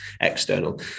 external